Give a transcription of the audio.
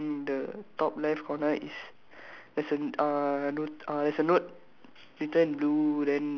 I mean like four lah then the top left corner is there's a uh note uh there's a note